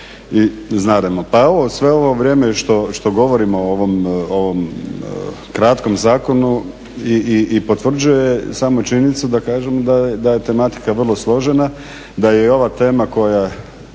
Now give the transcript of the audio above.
Pa sve ovo vrijeme što govorimo o ovom kratkom zakonu i potvrđuje samo činjenicu da kažem da je tematika vrlo složena, da je i ova tema koja